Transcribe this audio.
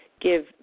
give